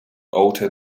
alter